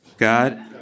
God